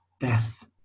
death